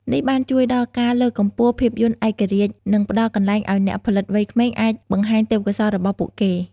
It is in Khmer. នេះបានជួយដល់ការ លើកកម្ពស់ភាពយន្តឯករាជ្យ និងផ្តល់កន្លែងឱ្យអ្នកផលិតវ័យក្មេងអាចបង្ហាញទេពកោសល្យរបស់ពួកគេ។